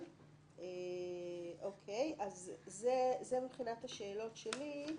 זה מבחינת השאלות שלי.